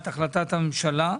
החלטת הממשלה,